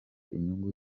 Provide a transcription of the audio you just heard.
inyungu